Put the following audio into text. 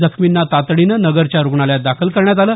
जखमींना तातडीनं नगरच्या रुग्णालयात दाखल करण्यात आलं